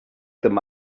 them